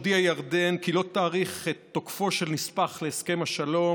הודיעה ירדן כי לא תאריך את תוקפו של נספח להסכם השלום